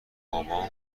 بابام